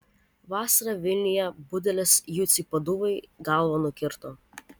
vasarą vilniuje budelis juciui paduvai galvą nukirto